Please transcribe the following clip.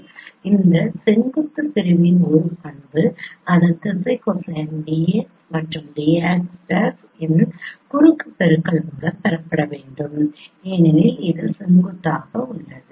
எனவே இந்த செங்குத்து பிரிவின் ஒரு பண்பு அதன் திசை கொசைன் dx மற்றும் dx' இன் குறுக்கு பெருக்கல் மூலம் பெறப்பட வேண்டும் ஏனெனில் அது செங்குத்தாக உள்ளது